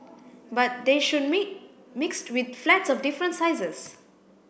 but they should mixed with flats of different sizes